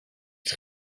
het